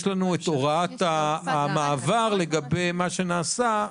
יש לנו את הוראת המעבר לגבי מה שנעשה,